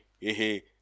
hey